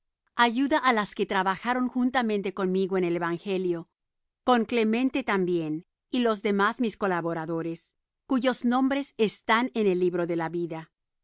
ayuda á las que trabajaron juntamente conmigo en el evangelio con clemente también y los demás mis colaboradores cuyos nombres están en el libro de la vida